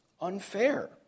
unfair